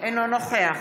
אינו נוכח